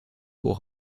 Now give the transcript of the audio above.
pour